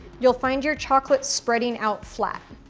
you'll find your chocolate spreading out flat.